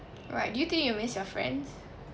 right do you think you'll miss your friends